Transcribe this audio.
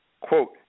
Quote